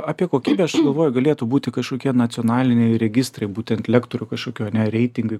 apie kokybę aš galvoju galėtų būti kažkokie nacionaliniai registrai būtent lektorių kažkokių ane reitingai